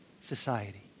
society